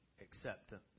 acceptance